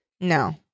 No